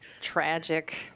tragic